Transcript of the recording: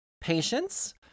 patience